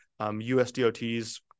usdot's